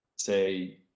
say